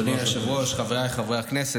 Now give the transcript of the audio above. אדוני היושב-ראש, חבריי חברי הכנסת.